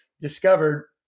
discovered